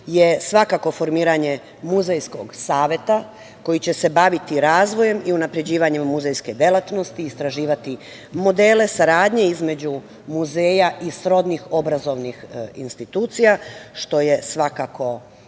je svakako formiranje muzejskog saveta koji će se baviti razvojem i unapređivanjem muzejske delatnosti, istraživati modele saradnje između muzeja i srodnih obrazovnih institucija, što je svakako